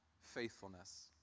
faithfulness